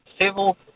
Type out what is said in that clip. civil